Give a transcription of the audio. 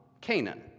Canaan